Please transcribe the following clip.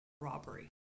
robbery